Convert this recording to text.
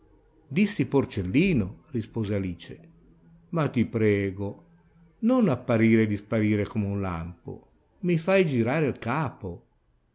dissi porcellino rispose alice ma ti prego di non apparire e disparire come un lampo mi fai girare il capo